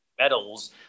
medals